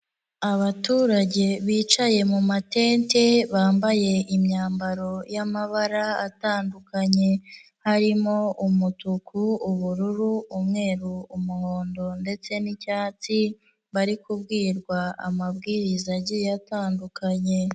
Abaturage bicaye mu matente bambaye imyambaro y'amabara atandukanye harimo umutuku, ubururu, umweru, umuhondo ndetse n'icyatsi bari kubwirwa amabwiriza agiye atandukanye.